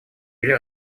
или